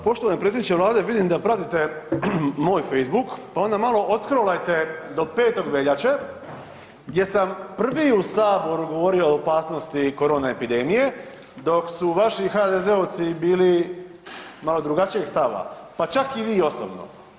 Poštovani predsjedniče Vlade vidim da pratite moj Facebook pa onda malo odskrolajte do 5. veljače gdje sam prvi u saboru govorio o opasnosti korone epidemije dok su vaši HDZ-ovci bili malo drugačijeg stava pa čak i vi osobno.